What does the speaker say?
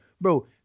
bro